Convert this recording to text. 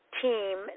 team